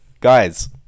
Guys